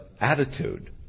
attitude